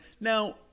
Now